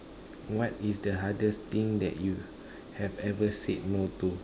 what is the hardest thing that you have ever said no to